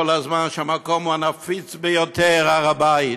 הזמן שהמקום הנפיץ ביותר הוא הר הבית,